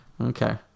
okay